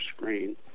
screen